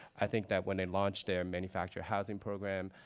i think that, when they launched their manufactured housing program,